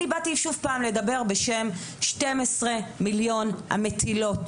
אני באתי לדבר בשם 12,000,000 המטילות